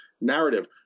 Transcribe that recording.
narrative